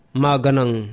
maganang